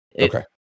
Okay